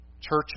churches